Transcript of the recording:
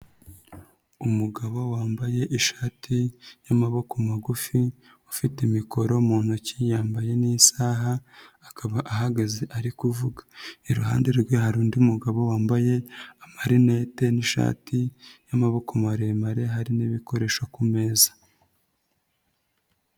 Umugabo wambaye ishati y'amaboko magufi ufite mikoro mu ntoki yambaye n'isaha akaba ahagaze ari kuvuga, iruhande rwe hari undi mugabo wambaye amarinete n'ishati y'amaboko maremare hari n'ibikoresho ku meza.